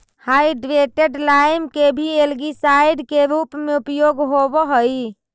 hydrated lime के भी algicide के रूप में उपयोग होव हई